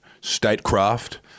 statecraft